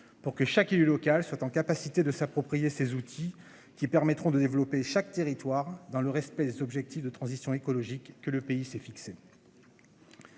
pour que chaque élu local soit en capacité de s'approprier ces outils qui permettront de développer chaque territoire dans le respect des objectifs de transition écologique que le pays s'est fixé.